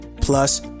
plus